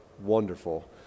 wonderful